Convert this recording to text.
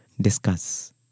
discuss